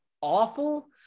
awful